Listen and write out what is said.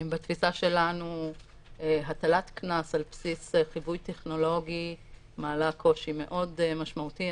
בתפיסה שלנו הטלת קנס על בסיס חיווי טכנולוגי מעלה קושי מאוד משמעותי.